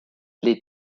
les